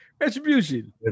Retribution